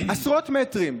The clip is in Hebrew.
עשרות מטרים,